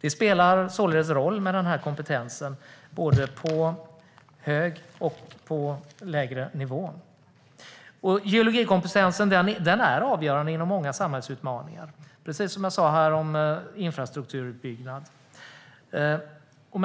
Den här kompetensen spelar således roll, både på högre och på lägre nivå. Geologikompetensen är avgörande inom många samhällsutmaningar, precis som jag sa angående infrastrukturutbyggnad och